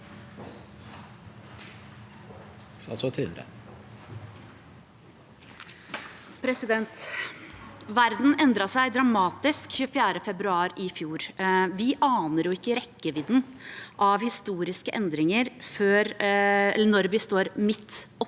Verden endret seg dramatisk 24. februar i fjor. Vi aner ikke rekkevidden av historiske endringer når vi står midt oppi